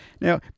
Now